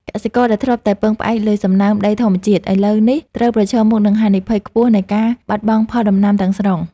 កសិករដែលធ្លាប់តែពឹងផ្អែកលើសំណើមដីធម្មជាតិ ឥឡូវនេះត្រូវប្រឈមមុខនឹងហានិភ័យខ្ពស់នៃការខាតបង់ផលដំណាំទាំងស្រុង។